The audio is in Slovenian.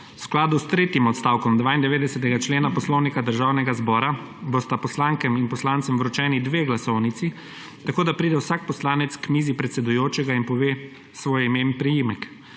V skladu s tretjim odstavkom 92. člena Poslovnika Državnega zbora bosta poslankam in poslancem vročeni dve glasovnici, tako da pride vsak poslanec k mizi predsedujočega in pove svoje ime in priimek.